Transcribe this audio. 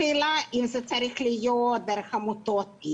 השאלה אם זה צריך להיות דרך עמותות,